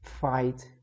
fight